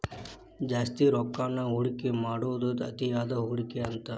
ಜಾಸ್ತಿ ರೊಕ್ಕಾನ ಹೂಡಿಕೆ ಮಾಡೋದ್ ಅತಿಯಾದ ಹೂಡಿಕೆ ಅಂತ